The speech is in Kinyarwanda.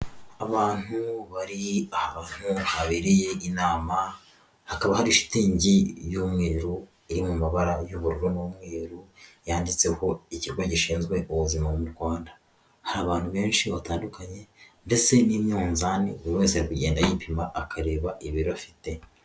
Abantu bari ahantu haberiye inama, hakaba hari shitingi y'umweru iri mu mabara y'ubururu n'umweru, yanditseho ikigo gishinzwe ubuzima mu Rwanda hari abantu benshi batandukanye ndetse n'imyunzani buri wese ari kugenda yipima akareba ibiro afite.